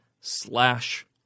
slash